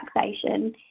taxation